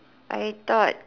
I thought